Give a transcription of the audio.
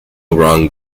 wrong